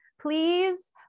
please